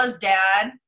dad